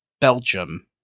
Belgium